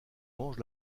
mange